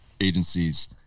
agencies